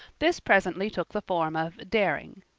this presently took the form of daring.